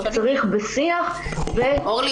רק צריך בשיח --- אורלי,